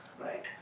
Right